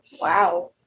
Wow